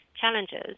challenges